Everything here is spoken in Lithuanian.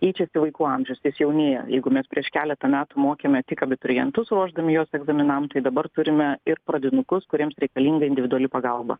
keičiasi vaikų amžiusjis jaunėja jeigu mes prieš keletą metų mokėme tik abiturientus ruošdami juos egzaminam tai dabar turime ir pradinukus kuriems reikalinga individuali pagalba